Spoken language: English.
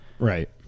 Right